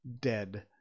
dead